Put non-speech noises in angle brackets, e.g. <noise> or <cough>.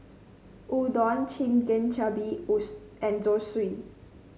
Udon Chigenabe <unintelligible> and Zosui